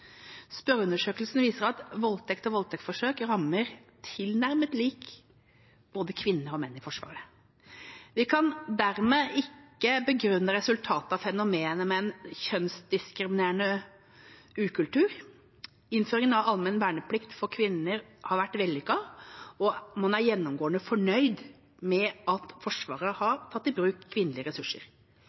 Spørreundersøkelsen viser at voldtekt og voldtektsforsøk rammer tilnærmet likt kvinner og menn i Forsvaret. Vi kan dermed ikke begrunne resultatet av fenomenet med en kjønnsdiskriminerende ukultur. Innføringen av allmenn verneplikt for kvinner har vært vellykket, og man er gjennomgående fornøyd med at Forsvaret har tatt i bruk kvinnelige ressurser.